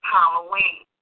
Halloween